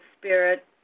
spirit